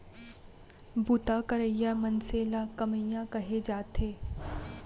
बूता करइया मनसे ल कमियां कहे जाथे